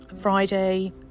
Friday